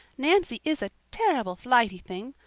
nancy is a terrible flighty thing.